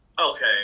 Okay